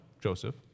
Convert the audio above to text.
Joseph